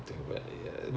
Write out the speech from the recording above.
uh